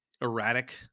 erratic